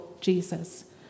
Jesus